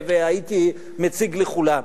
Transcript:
והייתי מציג לכולם.